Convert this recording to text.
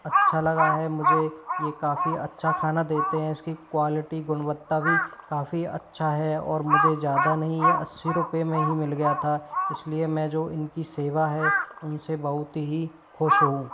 अच्छा लगा है मुझे ये काफ़ी अच्छा खाना देते हैं उसकी क्वालिटी गुणवत्ता भी काफ़ी अच्छा है और मुझे ज़्यादा नहीं यह अस्सी रुपए में ही मिल गया था इसलिए मैं जो इनकी सेवा है उनसे बहुत ही खुश हूँ